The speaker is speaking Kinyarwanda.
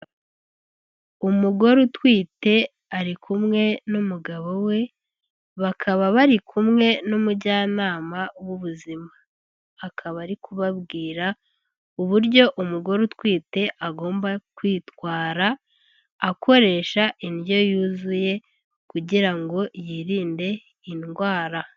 Umugore utwite ari kumwe n'umugabo we, bakaba bari kumwe n'umujyanama w'ubuzima, akaba ari kubabwira uburyo umugore utwite agomba kwitwara akoresha indyo yuzuye kugira ngo yirinde indwara.